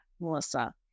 Melissa